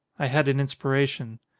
i had an inspiration.